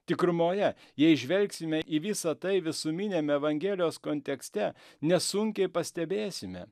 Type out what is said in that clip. tikrumoje jei žvelgsime į visa tai visuminiame evangelijos kontekste nesunkiai pastebėsime